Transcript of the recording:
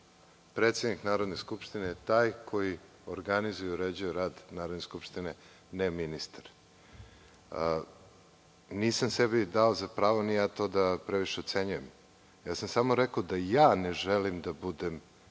Predsednik Narodne skupštine je taj koji organizuje i uređuje rad Narodne skupštine, ne ministar. Nisam sebi dao za pravo ni to da previše ocenjujem. Samo sam rekao da ne želim da budem